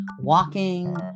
walking